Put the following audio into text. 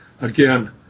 Again